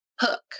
hook